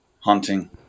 hunting